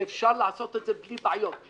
ואפשר לעשות את זה בלי בעיות.